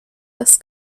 des